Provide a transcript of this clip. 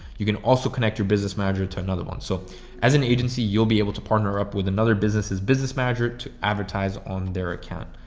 you can also connect your business manager to another one. so as an agency, you'll be able to partner up with another business as business manager to advertise on their account.